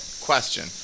question